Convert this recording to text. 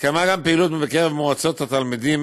התקיימה גם פעילות בקרב מועצות התלמידים